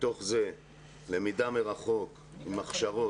בתוך זה למידה מרחוק עם הכשרות.